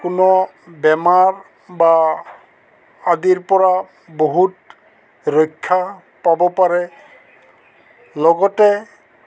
কোনো বেমাৰ বা আদিৰ পৰা বহুত ৰক্ষা পাব পাৰে লগতে